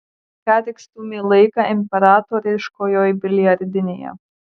ką tik stūmė laiką imperatoriškojoj biliardinėje